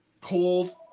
cold